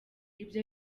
ibyo